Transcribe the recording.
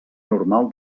normal